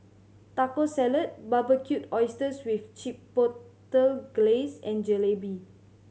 Taco Salad Barbecued Oysters with Chipotle Glaze and Jalebi